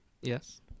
yes